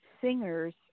singers